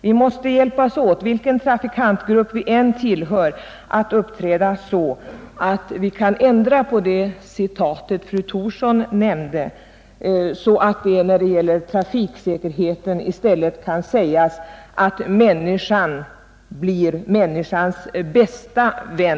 Vi måste hjälpas åt, vilken trafikantgrupp vi än tillhör, att uppträda så att vi kan ändra på det citat fru Thorsson nämnde, så att det när det gäller trafiksäkerheten i stället kan sägas att människan blir människans bästa vän.